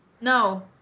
No